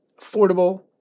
affordable